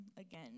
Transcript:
again